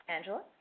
Angela